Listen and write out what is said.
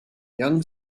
young